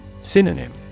Synonym